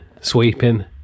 sweeping